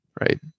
Right